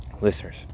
Listeners